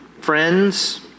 friends